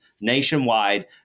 nationwide